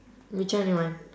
which one you want